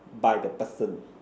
by the person